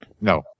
No